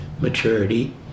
maturity